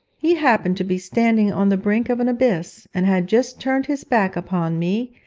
he happened to be standing on the brink of an abyss, and had just turned his back upon me,